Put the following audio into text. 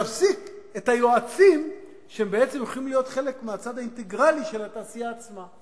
נפסיק את היועצים שהם בעצם יכולים להיות חלק אינטגרלי מהתעשייה עצמה.